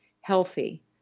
healthy